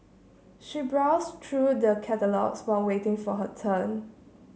she browse through the catalogues while waiting for her turn